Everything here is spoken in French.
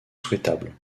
souhaitable